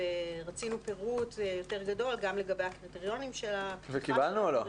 רצינו פירוט יותר גדול גם לגבי הקריטריונים --- וקיבלנו או לא?